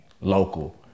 local